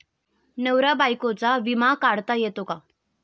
नवरा बायकोचा विमा काढता येतो का?